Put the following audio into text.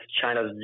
China's